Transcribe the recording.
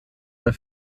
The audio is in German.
der